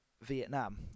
Vietnam